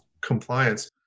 compliance